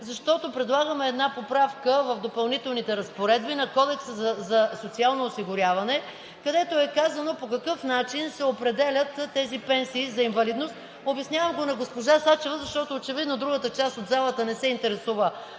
защото предлагаме една поправка в Допълнителните разпоредби на Кодекса за социално осигуряване, където е казано по какъв начин се определят пенсиите за инвалидност. Обяснявам го на госпожа Сачева, защото очевидно другата част от залата не се интересува